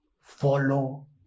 Follow